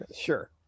Sure